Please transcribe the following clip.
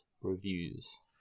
reviews